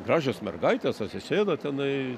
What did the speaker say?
gražios mergaitės atsisėda tenai